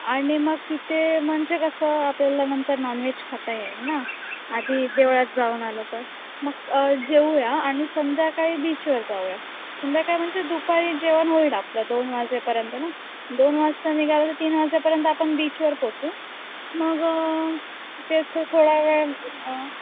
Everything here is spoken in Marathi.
आणि मग तिथे म्हणजे कसं आपल्याला नंतर नॉनव्हेज खाता येईन ना आधी देवळात जाऊन आलं तर मग जेवूया आणि संध्याकाळी बीचवर जाऊयात संध्याकाळी म्हणजे दुपारी जेवण होईल आपलं दोन वाजेपर्यंत ना दोन वाजता निघालं तर तीन वाजेपर्यंत आपण बीचवर पोचू मग तिथे थोडा वेळ